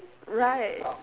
right